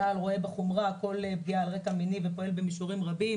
צה"ל רואה בחומרה כל פגיעה על רקע מיני ופועל במישורים רבים,